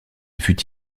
fut